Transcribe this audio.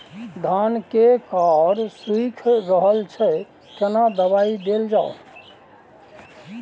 धान के कॉर सुइख रहल छैय केना दवाई देल जाऊ?